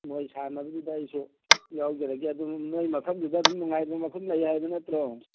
ꯃꯣꯏ ꯁꯥꯟꯅꯕꯗꯨꯗ ꯑꯩꯁꯨ ꯌꯥꯎꯖꯔꯒꯦ ꯑꯗꯨ ꯃꯣꯏ ꯃꯐꯝꯁꯤꯗ ꯑꯗꯨꯝ ꯅꯨꯡꯉꯥꯏꯕ ꯃꯐꯝ ꯂꯩ ꯍꯥꯏꯕ ꯅꯠꯇ꯭ꯔꯣ